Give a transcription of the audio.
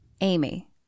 Amy